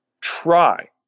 try